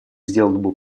сделанному